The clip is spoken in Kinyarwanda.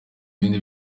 ibindi